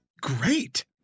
great